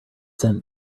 sent